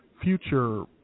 future